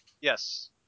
Yes